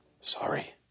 Sorry